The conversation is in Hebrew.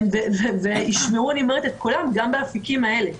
וישמעו את קולם גם באפיקים האלה.